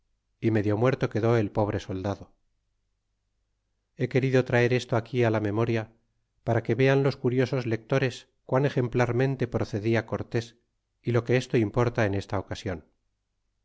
y medio muerto quedó el pobre soldado he querido traer esto aquí la memoria para que vean los curiosos lectores quan exemplarmente procedia cortés y lo que esto importa en esta ocasion